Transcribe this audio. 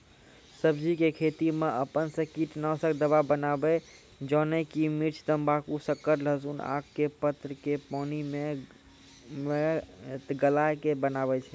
सब्जी के खेती मे अपन से कीटनासक दवा बनाबे जेना कि मिर्च तम्बाकू शक्कर लहसुन आक के पत्र के पानी मे गलाय के बनाबै छै?